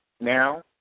Now